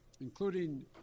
including